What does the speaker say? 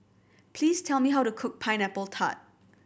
please tell me how to cook Pineapple Tart